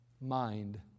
Mind